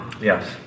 Yes